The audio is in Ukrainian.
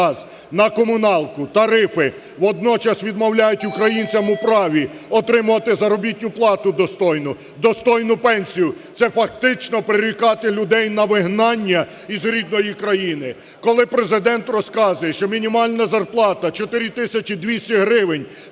на комуналку, тарифи, водночас відмовляють українцям у праві отримувати заробітну плату достойну, достойну пенсію, – це фактично прирікати людей на вигнання із рідної країни. Коли Президент розказує, що мінімальна зарплата 4 тисячі 200 гривень